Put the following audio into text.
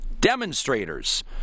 demonstrators